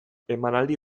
emanaldi